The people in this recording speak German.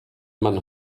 man